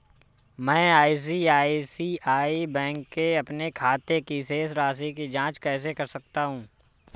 मैं ICICI bank के अपने खाते की शेष राशि की जाँच कैसे कर सकता हूँ?